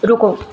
ਰੁਕੋ